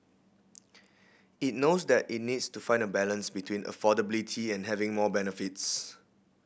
it knows that it needs to find a balance between affordability and having more benefits